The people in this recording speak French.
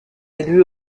élu